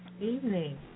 Evening